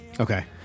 Okay